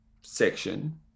section